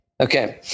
Okay